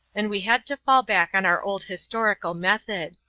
and we had to fall back on our old historical method.